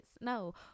No